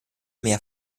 mehr